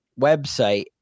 website